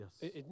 Yes